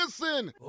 listen